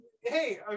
hey